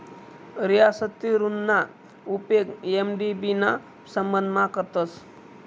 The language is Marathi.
रियासती ऋणना उपेग एम.डी.बी ना संबंधमा करतस